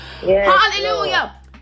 Hallelujah